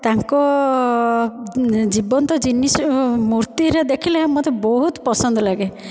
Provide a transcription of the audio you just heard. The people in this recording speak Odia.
ତାଙ୍କ ଜୀବନ୍ତ ଜିନିଷରେ ମୂର୍ତ୍ତିରେ ଦେଖିଲେ ବହୁତ ପସନ୍ଦ ଲାଗେ